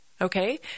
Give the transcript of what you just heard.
okay